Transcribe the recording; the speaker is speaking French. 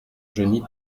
genis